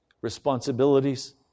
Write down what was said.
responsibilities